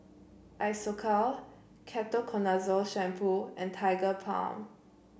Isocal Ketoconazole Shampoo and Tigerbalm